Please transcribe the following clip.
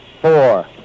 four